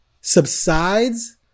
subsides